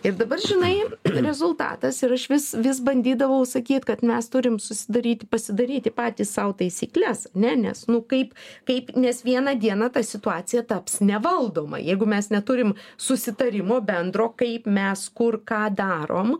ir dabar žinai rezultatas ir aš vis vis bandydavau sakyt kad mes turim susidaryti pasidaryti patys sau taisykles ne nes nu kaip kaip nes vieną dieną ta situacija taps nevaldoma jeigu mes neturim susitarimo bendro kaip mes kur ką darom